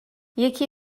یکی